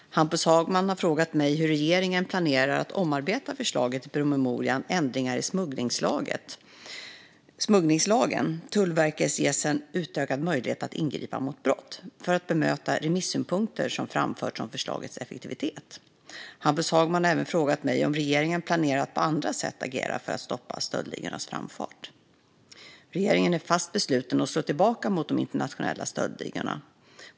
Fru talman! Hampus Hagman har frågat mig hur regeringen planerar att omarbeta förslaget i promemorian Ändringar i smugglingslagen - Tull verket ges en utökad möjlighet att ingripa mot brott för att bemöta remisssynpunkter som framförts om förslagets effektivitet. Hampus Hagman har även frågat mig om regeringen planerar att på andra sätt agera för att stoppa stöldligornas framfart. Regeringen är fast besluten att slå tillbaka mot de internationella stöldligorna.